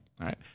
right